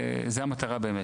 וזה המטרה באמת.